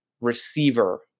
receiver